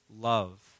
love